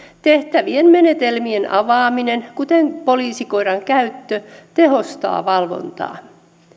tehtävien menetelmien avaaminen kuten poliisikoiran käyttö tehostaa valvontaa